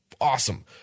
awesome